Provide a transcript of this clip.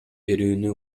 берүүнү